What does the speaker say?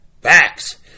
Facts